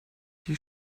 die